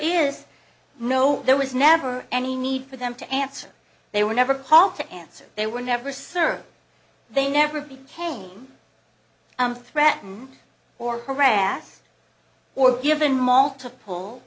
is no there was never any need for them to answer they were never called to answer they were never served they never became i'm threatened or harassed or given multiple